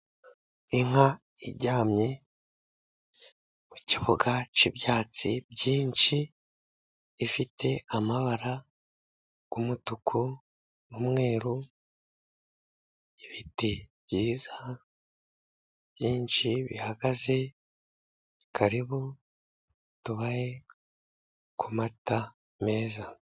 Inka iryamye ku kibuga cy'ibyatsi byinshi ,ifite amabara y'umutuku n'umweru. Ibiti byiza byinshi bihagaze, karibu tubahe ku mata meza.